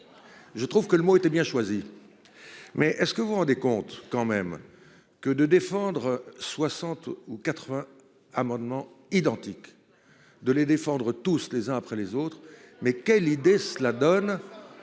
Je trouve que le mot était bien choisi. Mais est-ce que vous vous rendez compte quand même que de défendre 60 ou 80 amendements identiques de les défendre tous les uns après les autres, mais quelle idée, cela donne.